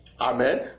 Amen